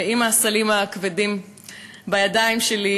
ועם הסלים הכבדים בידיים שלי,